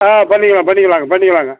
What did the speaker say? ஆ பண்ணிக்கலாம் பண்ணிக்கலாங்க பண்ணிக்கலாங்க